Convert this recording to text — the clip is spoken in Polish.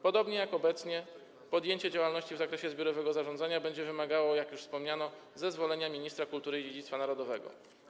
Podobnie jak obecnie, podjęcie działalności w zakresie zbiorowego zarządzania będzie wymagało - jak już wspomniano - zezwolenia ministra kultury i dziedzictwa narodowego.